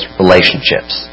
relationships